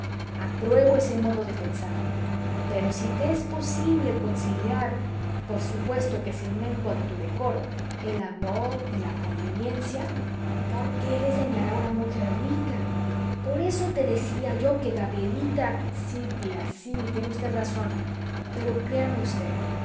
apruebo ese modo de pensar pero si te es posible conciliar por supuesto que sin mengua de tu decoro el amor y la conveniencia por qué desdeñar a una mujer rica por eso te decía yo que gabrielita sí tía sí tiene usted razón pero créame usted